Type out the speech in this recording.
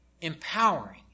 empowering